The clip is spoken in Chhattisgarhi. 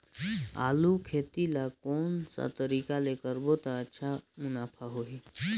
आलू खेती ला कोन सा तरीका ले करबो त अच्छा मुनाफा होही?